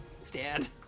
stand